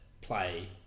play